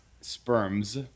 Sperms